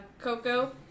Coco